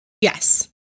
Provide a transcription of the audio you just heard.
Yes